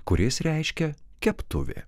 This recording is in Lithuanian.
kuris reiškia keptuvė